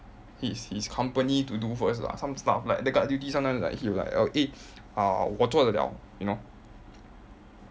his his company to do first lah some stuff like the guard duties one sometimes like he'll like oh eh uh 我做的 liao you know